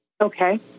Okay